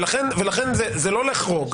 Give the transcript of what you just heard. לכן זה לא לחרוג.